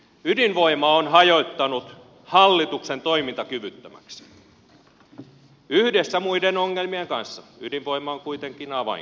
ydinvoima on hajottanut hallituksen toimintakyvyttömäksi yhdessä muiden ongelmien kanssa ydinvoima on kuitenkin avainkysymyksenä